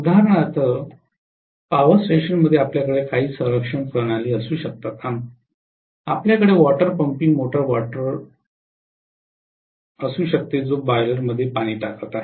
उदाहरणार्थ पॉवर स्टेशनमध्ये आपल्याकडे काही संरक्षण प्रणाली असू शकतात आपल्याकडे वॉटर पंपिंग मोटर वॉटर असू शकते जो बॉयलरमध्ये पाणी टाकत आहे